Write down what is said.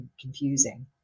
confusing